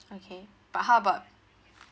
okay but how about